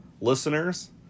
listeners